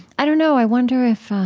i don't know. i wonder if ah